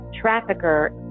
trafficker